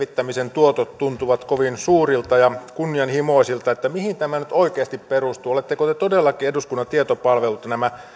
selvittämisen tuotot tuntuvat kovin suurilta ja kunnianhimoisilta mihin tämä nyt oikeasti perustuu oletteko te todellakin eduskunnan tietopalvelulta nämä